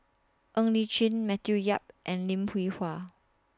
Ng Li Chin Matthew Yap and Lim Hwee Hua